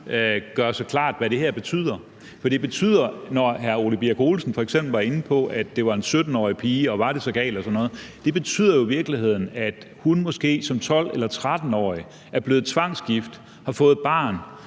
gøre sig klart, hvad det her betyder. Hr. Ole Birk Olesen var f.eks. inde på, at det var en 17-årig pige, og på, om det var så galt og sådan noget. Men det betyder jo i virkeligheden, at hun måske som 12- eller 13-årig er blevet tvangsgift og har fået barn,